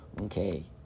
Okay